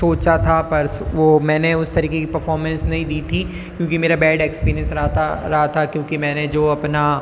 सोचा था पर वो मैंने उस तरीके की परफॉरमेंस नहीं दी थी क्योंकि मेरा बेड एक्सपीरियंस रहा था रहा था क्योंकि मैंने जो अपना